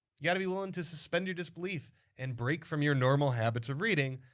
you gotta be willing to suspend your disbelief and break from your normal habits of reading.